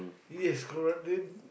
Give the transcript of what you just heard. yes correct then